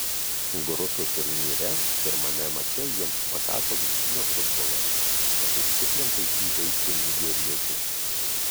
grupių turnyre pirmame mače jiems pakako vidutinio futbolo kad užtikrintai įveiktų nigeriečius